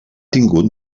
tingut